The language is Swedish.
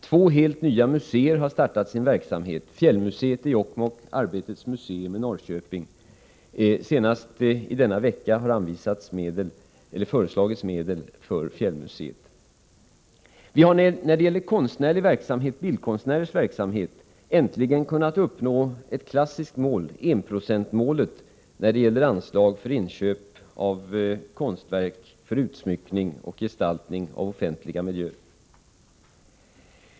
Två helt nya museer har startat sin verksamhet, Fjällmuseet i Jokkmokk och Arbetets museum i Norrköping. Senast denna vecka har medel föreslagits för Fjällmuseet. Vi har för bildkonstnärers verksamhet äntligen kunnat uppnå ett klassiskt mål, enprocentsmålet, när det gäller anslag till inköp av konstverk för utsmyckning och gestaltning av offentliga miljöer.